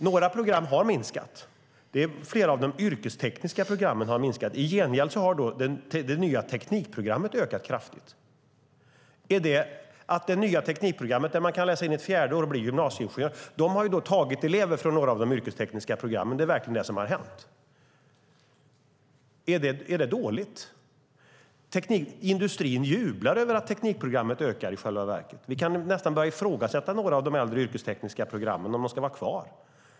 Några program har minskat. Det har minskat för flera av de yrkestekniska programmen. I gengäld har det ökat kraftigt för det nya teknikprogrammet. På det nya teknikprogrammet kan man läsa in ett fjärde år och bli gymnasieingenjör. Det har tagit elever från några av de yrkestekniska programmen. Det är vad som har hänt. Är det dåligt? Industrin jublar i själva verket över att teknikprogrammet ökar. Vi kan nästan börja ifrågasätta om några av de yrkestekniska programmen ska vara kvar.